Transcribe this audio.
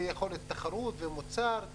יכולת תחרות ומוצר.